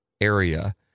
area